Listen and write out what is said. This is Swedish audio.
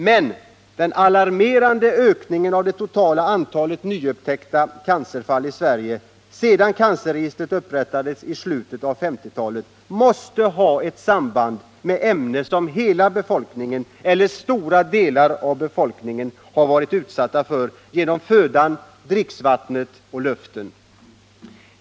Men den alarmerande ökningen av det totala antalet nyupptäckta cancerfall i Sverige sedan cancerregistret upprättades i slutet av 1950-talet måste ha ett samband med ämnen som hela befolkningen eller stora delar av befolkningen har varit och är utsatta för genom födan, dricksvattnet och luften.